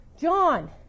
John